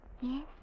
Yes